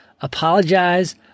apologize